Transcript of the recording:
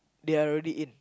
they are already in